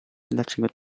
dlaczego